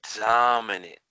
dominant